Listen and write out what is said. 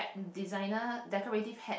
designer decorative hat